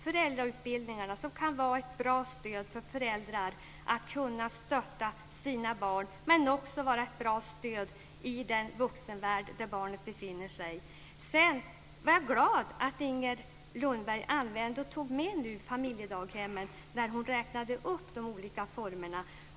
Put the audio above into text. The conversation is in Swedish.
Föräldrautbildningarna kan vara ett bra stöd för föräldrar så att de kan stötta sina barn, men de kan också vara ett bra stöd i den vuxenvärld där barnet befinner sig. Jag blev glad när Inger Lundberg tog med familjedaghemmen när hon räknade upp de olika formerna.